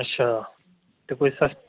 अच्छा ते कोई सस्ता